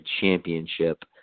championship